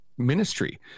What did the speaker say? Ministry